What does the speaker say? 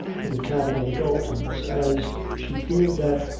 to the cabin of the daltons, as she feared that,